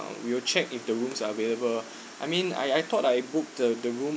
we will check if the rooms are available I mean I I thought that I booked the the room